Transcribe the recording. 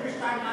סעיף, לתקנון,